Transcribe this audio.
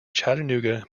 chattanooga